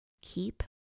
Keep